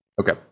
Okay